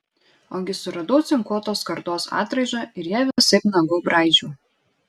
ogi suradau cinkuotos skardos atraižą ir ją visaip nagu braižiau